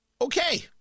Okay